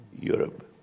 Europe